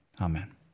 Amen